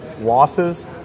losses